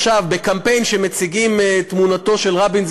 שעכשיו בקמפיין מציגים את תמונתו של רבין,